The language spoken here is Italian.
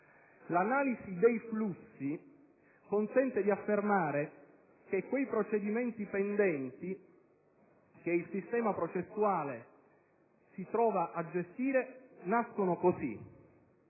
L'analisi dei flussi consente di affermare che quei procedimenti che il sistema processuale si trova a gestire nascono nella